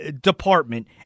department